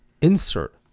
insert